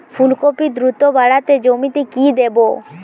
ফুলকপি দ্রুত বাড়াতে জমিতে কি দেবো?